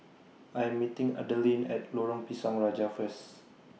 I Am meeting Adalyn At Lorong Pisang Raja First